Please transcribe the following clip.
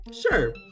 Sure